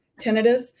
tinnitus